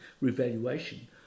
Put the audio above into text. revaluation